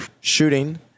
shooting